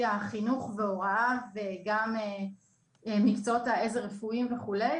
החינוך וההוראה וגם במקצועות העזר הרפואיים וכולי,